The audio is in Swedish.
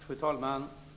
Fru talman!